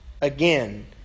Again